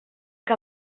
que